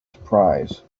surprise